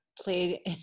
played